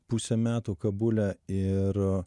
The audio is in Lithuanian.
pusę metų kabule ir